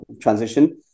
transition